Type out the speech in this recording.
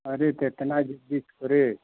अरे तो इतना जि जिद्द करे